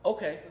Okay